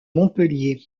montpellier